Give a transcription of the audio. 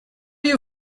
you